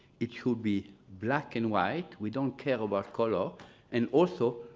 it should be black and white. we don't care about color and also,